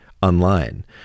online